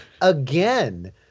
again